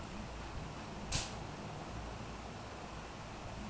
जहाँ पानी क अभाव ह वहां सिंचाई क कवन तरीका अपनावल जा?